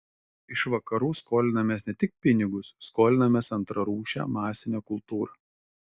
iš vakarų skolinamės ne tik pinigus skolinamės antrarūšę masinę kultūrą